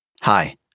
Hi